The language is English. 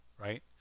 Right